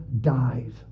dies